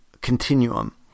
continuum